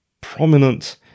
prominent